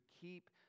keep